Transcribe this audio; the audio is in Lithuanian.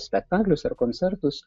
spektaklius ar koncertus